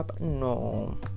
no